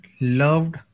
loved